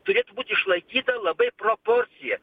turėt būt išlaikyta labai proporcija